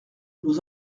nous